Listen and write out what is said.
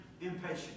impatient